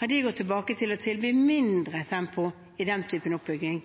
har gått tilbake til å tilby lavere tempo i den typen